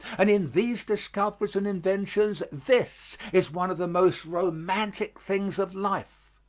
and in these discoveries and inventions this is one of the most romantic things of life.